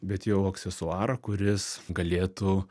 bet jau aksesuarą kuris galėtų